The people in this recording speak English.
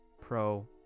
pro